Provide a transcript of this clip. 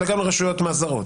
אלא גם לרשויות מס זרות.